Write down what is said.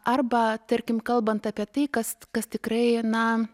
arba tarkim kalbant apie tai kas kas tikrai na